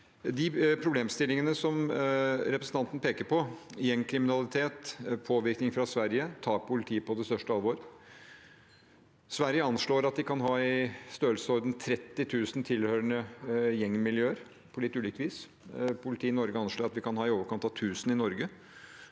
De problemstillingene som representanten peker på – gjengkriminalitet, påvirkning fra Sverige – tar politiet på det største alvor. Sverige anslår at de kan ha i størrelsesorden 30 000 som hører til gjengmiljøer, på litt ulikt vis. Politiet i Norge anslår at vi kan ha i overkant av 1 000 i Norge.